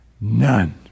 None